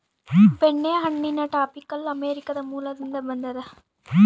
ಬೆಣ್ಣೆಹಣ್ಣಿನ tropical America ಮೂಲದಿಂದ ಬಂದದ